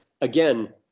again